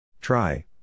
Try